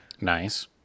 nice